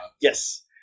Yes